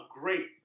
great